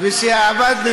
ועבדנו